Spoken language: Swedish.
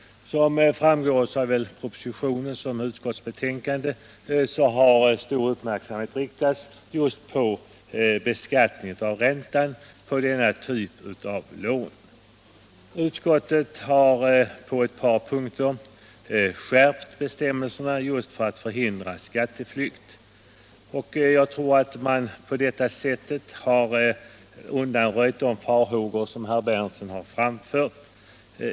Som framgår av såväl propositionen som utskottsbetänkandet har stor uppmärksamhet riktats just på beskattningen av räntan på denna typ av lån. Utskottet har på ett par punkter föreslagit en skärpning av bestämmelserna just för att förhindra skatteflykt. Jag anser att man på detta sätt har undanröjt de farhågor som herr Berndtson har framfört.